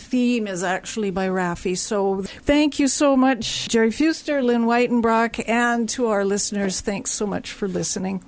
theme is actually by rafi so thank you so much sherry fewster lyn white and brock and to our listeners thanks so much for listening